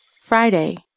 Friday